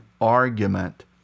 argument